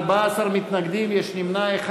14 מתנגדים, יש נמנע אחד.